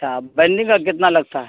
اچھا بیننڈنگ کا کتنا لگتا ہے